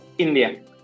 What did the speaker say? India